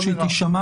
חשוב שהיא תישמע.